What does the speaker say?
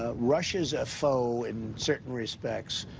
ah russia's a foe, in certain respects.